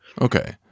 Okay